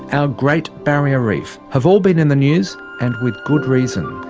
our great barrier reef have all been in the news and with good reason.